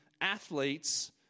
athletes